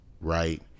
Right